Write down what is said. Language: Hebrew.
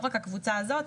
לא רק הקבוצה הזאת,